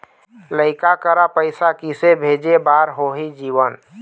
लइका करा पैसा किसे भेजे बार होही जीवन